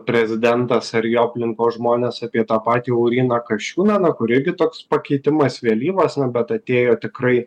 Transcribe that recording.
prezidentas ar jo aplinkos žmonės apie tą patį lauryną kasčiūną na kur irgi toks pakeitimas vėlyvas na bet atėjo tikrai